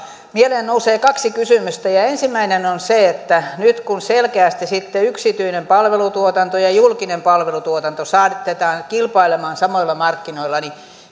mieleen nousee kaksi kysymystä ja ensimmäinen on tämä nyt kun selkeästi yksityinen palvelutuotanto ja julkinen palvelutuotanto saatetaan kilpailemaan samoilla markkinoilla niin